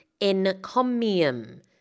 encomium